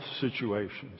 situations